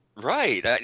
Right